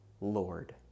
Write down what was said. Lord